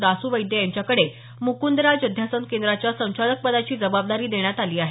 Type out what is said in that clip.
दासू वैद्य यांच्याकडे मुकुदराज अध्यासन केंद्राच्या संचालकपदाची जबाबदारी देण्यात आली आहे